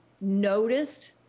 noticed